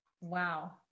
Wow